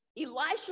Elisha